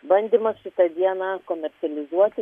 bandymas šitą dieną komercializuoti